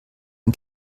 ein